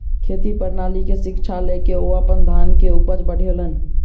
खेती प्रणाली के शिक्षा लय के ओ अपन धान के उपज बढ़ौलैन